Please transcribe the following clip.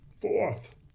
Fourth